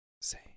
Say